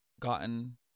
gotten